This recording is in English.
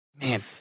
Man